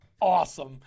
awesome